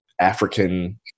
African